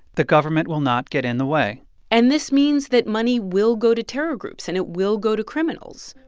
the government will not get in the way and this means that money will go to terror groups, and it will go to criminals.